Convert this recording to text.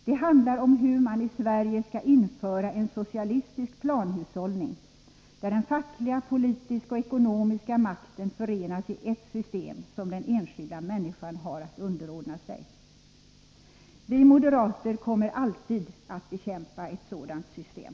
Det handlar om hur man i Sverige skall införa en socialistisk planhushållning där den fackliga, politiska och ekonomiska makten förenas i ett system som den enskilda människan har att underordna sig. Vi moderater kommer alltid att bekämpa ett sådant system.